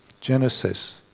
Genesis